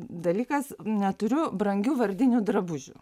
dalykas neturiu brangių vardinių drabužių